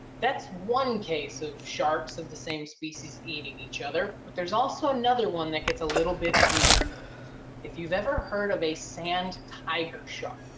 that's one case of sharks of the same species eating each other. but there's also another one that gets a little bit weird if you've ever heard of a sand tiger shark.